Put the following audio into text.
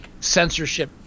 censorship